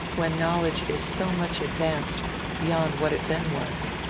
when knowledge is so much advanced beyond what it then was,